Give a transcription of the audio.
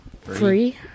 Free